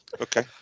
okay